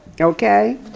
okay